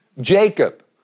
Jacob